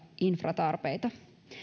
infratarpeet